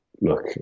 look